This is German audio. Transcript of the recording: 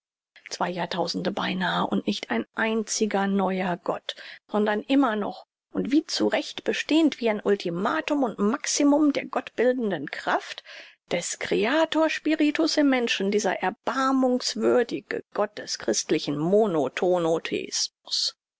zwei jahrtausende beinahe und nicht ein einziger neuer gott sondern immer noch und wie zu recht bestehend wie ein ultimatum und maximum der gottbildenden kraft des creator spiritus im menschen dieser erbarmungswürdige gott des christlichen monotono theismus